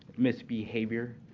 misbehavior.